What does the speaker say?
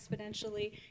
exponentially